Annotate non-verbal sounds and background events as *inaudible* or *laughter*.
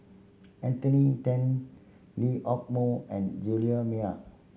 Anthony Then Lee Hock Moh and Juliet *unintelligible*